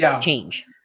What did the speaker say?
change